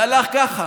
זה הלך ככה: